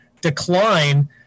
decline